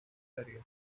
career